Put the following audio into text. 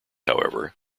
however